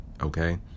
okay